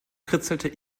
kritzelte